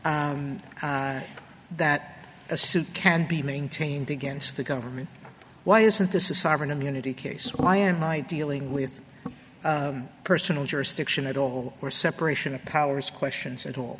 says that a suit can be maintained against the government why isn't this a sovereign immunity case why am i dealing with personal jurisdiction at all or separation of powers questions at all